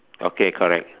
okay correct